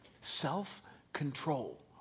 Self-control